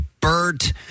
Bert